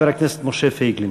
חבר הכנסת משה פייגלין.